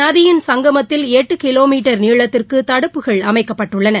நதியின் சங்கமத்தில் எட்டு கிலோமீட்டர் நீளத்திற்கு தடுப்புகள் அமைக்கப்பட்டுள்ளன